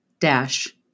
dash